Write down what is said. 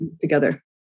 together